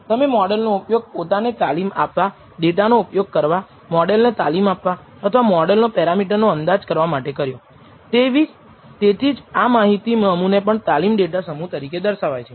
તેથી તમારે આશ્રિત ચલને માપવા માટે ઉપયોગમાં લેવાતા સાધનની ચોકસાઈ વિશેની માહિતી તમને કહેવાની જરૂર નથી તમે તેને ડેટામાંથી જ મેળવી શકો છો